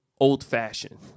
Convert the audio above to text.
old-fashioned